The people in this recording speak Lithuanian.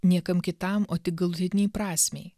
niekam kitam o tik galutinei prasmei